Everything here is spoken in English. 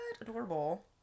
adorable